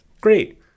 great